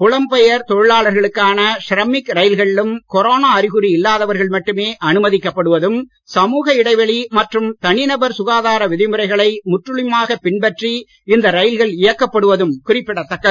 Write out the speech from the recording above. புலம்பெயர் தொழிலாளர்களுக்கான ஷ்ரமிக் ரயில்களிலும் கொரோனா அறிகுறி இல்லாதவர்கள் மட்டுமே அனுமதிக்கப்படுவதும் சமுக இடைவெளி மற்றும் தனிநபர் சுகாதார விதிமுறைகளை முற்றிலுமாக பின்பற்றி இந்த ரயில்கள் இயக்கப்படுவதும் குறிப்பிடத் தக்கது